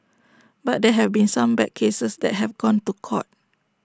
but there have been some bad cases that have gone to court